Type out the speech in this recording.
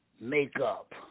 Makeup